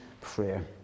prayer